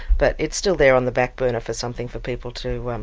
but it's still there on the back burner for something for people to, um